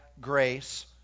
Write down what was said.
grace